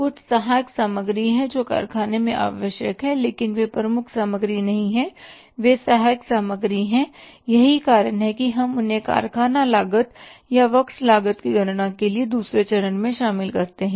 कुछ सहायक सामग्री हैं जो कारखाने में आवश्यक हैं लेकिन वे प्रमुख सामग्री नहीं हैं वे सहायक सामग्री हैं यही कारण है कि हम उन्हें कारखाना लागत या वर्क्स लागत की गणना के लिए दूसरे चरण में शामिल करते हैं